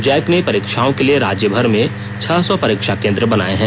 Jack ने परीक्षाओं के लिए राज्यभर में छह सौ परीक्षा केंद्र बनाये हैं